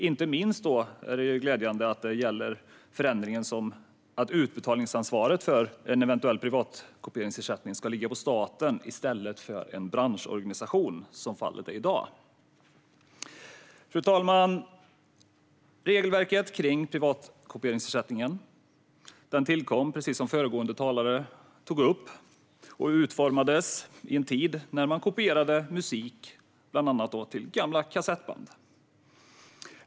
Det är inte minst glädjande att det gäller förändringen att utbetalningsansvaret för en eventuell privatkopieringsersättning ska ligga på staten i stället för på en branschorganisation som fallet är i dag. Fru talman! Regelverket för privatkopieringsersättningen tillkom, precis som föregående talare tog upp, och utformades i en tid när man kopierade musik bland annat till gamla kassettband.